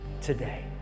today